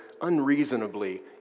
unreasonably